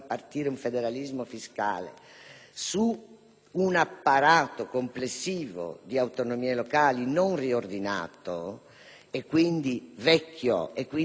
un apparato complessivo di autonomie locali non riordinato, e quindi vecchio e pieno di contraddizioni, rischieremmo